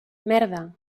merda